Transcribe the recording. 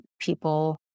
people